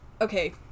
okay